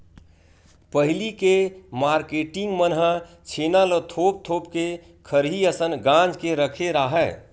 पहिली के मारकेटिंग मन ह छेना ल थोप थोप के खरही असन गांज के रखे राहय